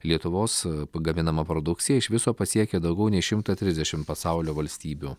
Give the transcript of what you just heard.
lietuvos pagaminama produkcija iš viso pasiekia daugiau nei šimtą trisdešim pasaulio valstybių